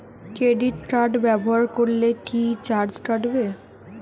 Credit card ব্যাবহার করলে কি চার্জ কাটবে?